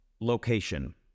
location